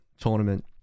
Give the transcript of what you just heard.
tournament